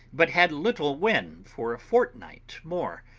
but had little wind for a fortnight more,